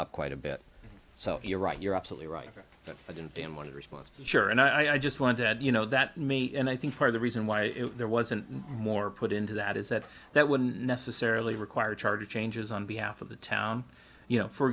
up quite a bit so you're right you're absolutely right but i didn't and one response sure and i just wanted to add you know that me and i think part of the reason why there wasn't more put into that is that that wouldn't necessarily require charge changes on behalf of the town you know for